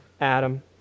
Adam